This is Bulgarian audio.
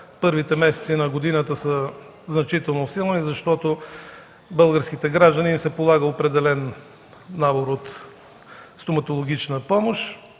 Първите месеци на годината са значително силни, защото на българските граждани се полага определен набор от стоматологична помощ.